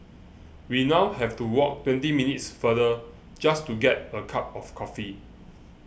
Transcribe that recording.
we now have to walk twenty minutes farther just to get a cup of coffee